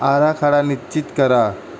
आराखडा निश्चित करा